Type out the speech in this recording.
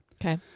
Okay